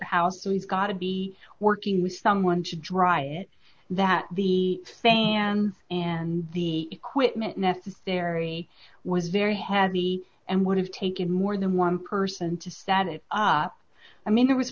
house so he's gotta be working with someone to dry it that the fan and the equipment necessary was very heavy and would have taken more than one person to set it up i mean there was